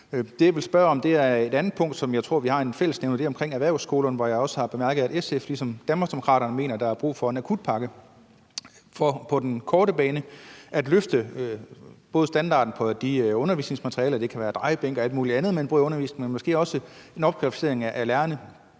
Det, jeg vil spørge om, er et andet punkt, hvor jeg tror, vi har en fællesnævner. Det er omkring erhvervsskolerne, hvor jeg også har bemærket, at SF ligesom Danmarksdemokraterne mener, at der er brug for en akutpakke for på den korte bane både at løfte standarden på de undervisningsmaterialer – det kan være drejebænke og alt muligt andet – man bruger i undervisningen,